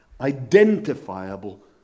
identifiable